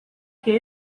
che